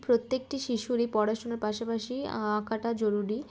প্রত্যেকটি শিশুরই পড়াশুনার পাশাপাশি আঁকাটা জরুরি